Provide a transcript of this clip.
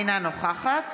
אינה נוכחת